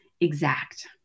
exact